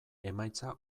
emaitza